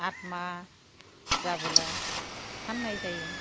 आद माह जाबोला फाननाय जायो